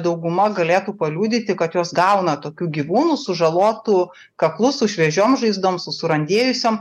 dauguma galėtų paliudyti kad jos gauna tokių gyvūnų sužalotu kaklu su šviežiom žaizdom su surandėjusiom